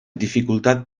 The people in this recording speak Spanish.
dificultad